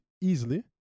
easily